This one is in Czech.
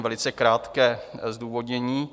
Velice krátké zdůvodnění.